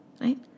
Right